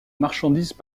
marchandises